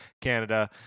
Canada